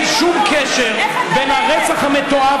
אין שום קשר בין הרצח המתועב,